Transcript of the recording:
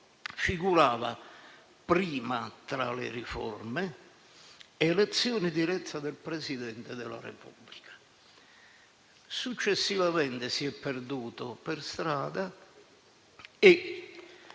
figurava, prima tra le riforme, l'elezione diretta del Presidente della Repubblica. Successivamente si è perduta per strada.